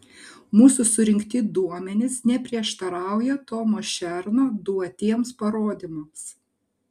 mūsų surinkti duomenys neprieštarauja tomo šerno duotiems parodymams